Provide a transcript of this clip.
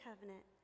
covenant